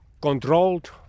controlled